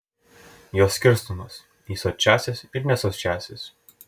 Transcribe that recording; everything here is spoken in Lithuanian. jos skirstomos į sočiąsias ir nesočiąsias